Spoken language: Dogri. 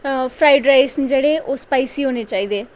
ते फ्राइड राइस न जेह्ड़े ओह् स्पाइसी होने चाहिदे